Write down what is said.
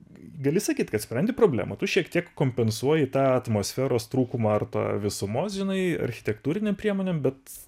gali sakyt kad sprendi problemą tu šiek tiek kompensuoji tą atmosferos trūkumą ar tą visumos žinai architektūrinėm priemonėm bet